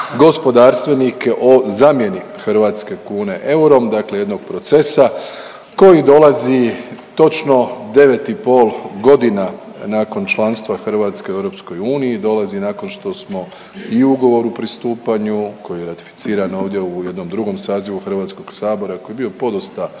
gospodarstvenike o zamjeni hrvatske kune eurom, dakle jednog procesa koji dolazi točno devet i pol godina nakon članstva Hrvatske u EU, dolazi nakon što smo i u ugovoru o pristupanju koji je ratificiran ovdje u jednom drugom sazivu HS-a koji je bio podosta